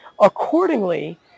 Accordingly